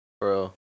bro